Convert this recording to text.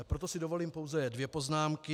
Proto si dovolím pouze dvě poznámky.